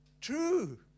True